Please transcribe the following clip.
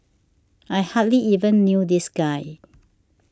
I hardly even knew this guy